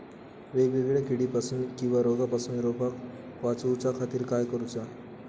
वेगवेगल्या किडीपासून किवा रोगापासून रोपाक वाचउच्या खातीर काय करूचा?